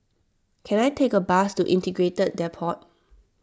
can I take a bus to Integrated Depot